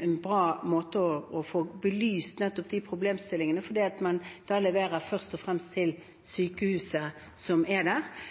en bra måte å få belyst nettopp de problemstillingene på, fordi man da først og fremst leverer til sykehuset som er der.